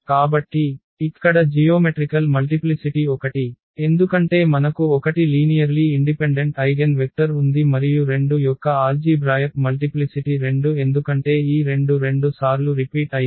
కాబట్టి ఇక్కడ geometrical multiplicity 1 ఎందుకంటే మనకు 1 లీనియర్లీ ఇండిపెండెంట్ ఐగెన్వెక్టర్ ఉంది మరియు 2 యొక్క ఆల్జీభ్రాయక్ మల్టిప్లిసిటి 2 ఎందుకంటే ఈ 2 2 సార్లు రిపీట్ అయింది